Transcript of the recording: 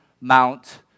Mount